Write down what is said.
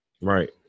Right